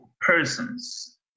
persons